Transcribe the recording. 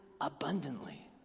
abundantly